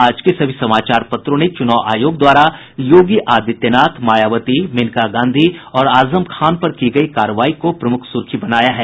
आज के सभी समाचार पत्रों ने चुनाव आयोग द्वारा योगी आदित्यनाथ मायावती मेनका गांधी और आजम खान पर की गयी कार्रवाई को प्रमुख सुर्खी बनाया है